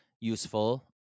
useful